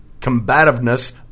combativeness